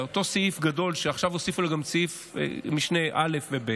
אותו סעיף שעכשיו הוסיפו לו גם סעיפי משנה (א) ו-(ב)